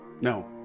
No